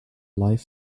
life